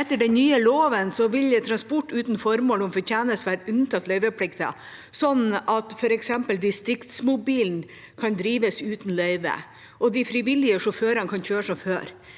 Etter den nye loven vil transport uten formål om fortjeneste være unntatt løyveplikten, sånn at f.eks. Distriktsmobilen kan drives uten løyve, og de frivillige sjåførene kan kjøre som før.